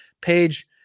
page